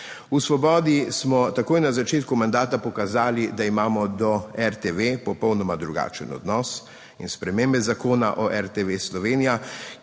V Svobodi, smo takoj na začetku mandata pokazali, da imamo do RTV popolnoma drugačen odnos, in spremembe zakona o RTV Slovenija,